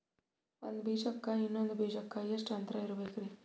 ಒಂದ್ ಬೀಜಕ್ಕ ಇನ್ನೊಂದು ಬೀಜಕ್ಕ ಎಷ್ಟ್ ಅಂತರ ಇರಬೇಕ್ರಿ?